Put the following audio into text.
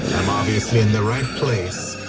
i'm obviously in the right place